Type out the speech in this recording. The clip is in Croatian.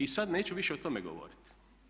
I sad neću više o tome govoriti.